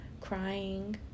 crying